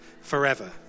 forever